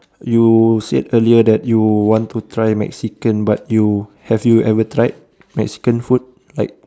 you said earlier that you want to try mexican but you have you ever tried mexican food like